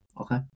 Okay